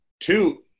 Two